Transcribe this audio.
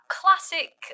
classic